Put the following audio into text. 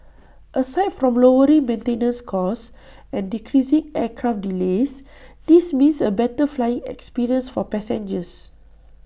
aside from lowering maintenance costs and decreasing aircraft delays this means A better flying experience for passengers